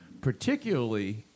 particularly